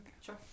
Sure